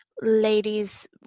ladies